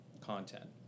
content